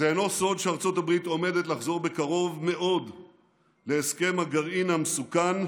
זה לא סוד שארצות הברית עומדת לחזור בקרוב מאוד להסכם הגרעין המסוכן,